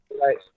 Right